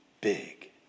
big